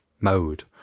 mode